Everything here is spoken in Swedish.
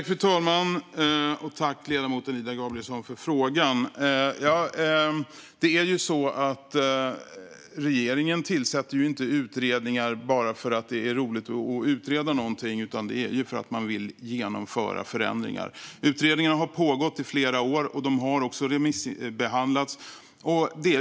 Fru talman! Tack, ledamoten Ida Gabrielsson, för frågan! Regeringen tillsätter ju inte utredningar bara för att det är roligt att utreda någonting, utan det är för att man vill genomföra förändringar. Utredningarna har pågått i flera år och har också remissbehandlats.